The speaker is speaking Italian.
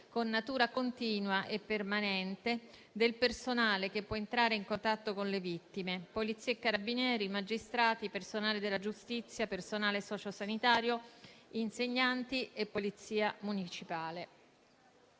con natura continua e permanente, del personale che può entrare in contatto con le vittime - polizia e carabinieri, magistrati, personale della giustizia, personale socio-sanitario, insegnanti e polizia municipale